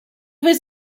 his